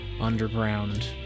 underground